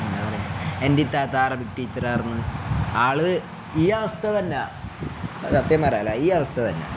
P എൻ്റെത്താത്തറി ടീച്ചറർന്ന് ആള് ഈ അവസ്ഥ തന്നെ സത്യംമാരല്ല ഈ അവസ്ഥ തന്നെ